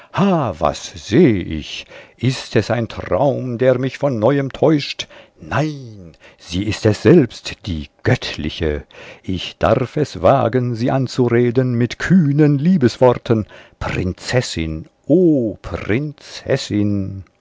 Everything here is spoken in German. was seh ich ist es ein traum der mich von neuem täuscht nein sie ist es selbst die göttliche ich darf es wagen sie anzureden mit kühnen liebesworten prinzessin o prinzessin